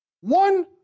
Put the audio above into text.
one